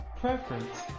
preference